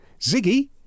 Ziggy